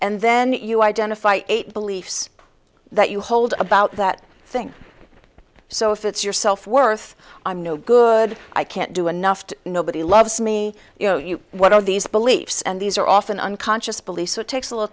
and then you identify eight beliefs that you hold about that thing so if it's your self worth i'm no good i can't do enough to nobody loves me you know you what are these beliefs and these are often unconscious belief so it takes a little